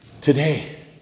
today